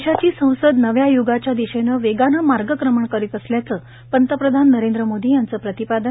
देशाची संसद नव्या य्गाच्या दिशेने वेगाने मार्गक्रमण करीत असल्याच पंतप्रधान नरेंद्र मोदी यांच प्रतिपादन